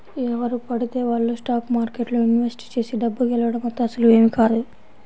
ఎవరు పడితే వాళ్ళు స్టాక్ మార్కెట్లో ఇన్వెస్ట్ చేసి డబ్బు గెలవడం అంత సులువేమీ కాదు